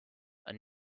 and